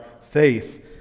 faith